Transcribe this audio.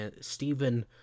Stephen